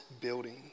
building